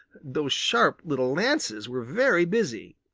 those sharp little lances were very busy,